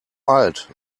alt